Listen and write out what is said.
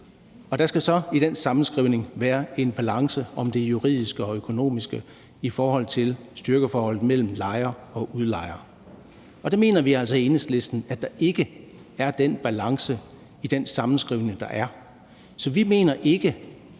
Der skal så i den sammenskrivning være en balance mellem det juridiske og økonomiske i styrkeforholdet mellem lejer og udlejer. Vi mener altså i Enhedslisten, at der ikke er den balance i den sammenskrivning, der er. Så vi mener ikke,